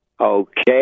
Okay